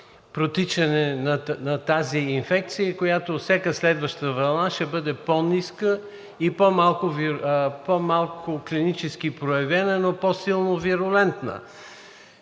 протичане на тази инфекция – всяка следваща вълна ще бъде по-ниска и по-малко клинически проявена, но по-силно вирулентна.